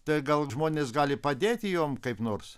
tai gal žmonės gali padėti jom kaip nors